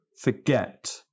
forget